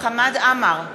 חמד עמאר,